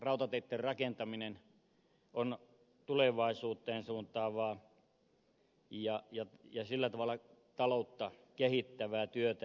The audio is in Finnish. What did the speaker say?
rautateitten rakentaminen on tulevaisuuteen suuntaavaa ja sillä tavalla taloutta kehittävää työtä